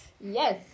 Yes